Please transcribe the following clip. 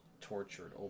tortured